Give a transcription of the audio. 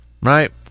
Right